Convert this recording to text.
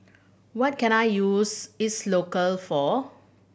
what can I use Isocal for